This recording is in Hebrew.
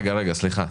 רגע, רגע, סליחה.